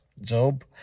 Job